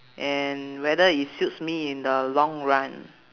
and whether it suits me in the long run